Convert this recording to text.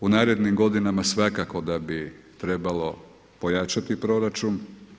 U narednim godinama svakako da bi trebalo pojačati proračun.